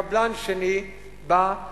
קבלן שני בא,